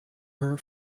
her